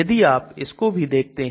यदि आप इसको भी देखते हैं